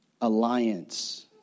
alliance